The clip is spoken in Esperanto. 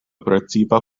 precipa